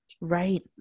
Right